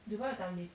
dubai got time diff